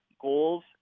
goals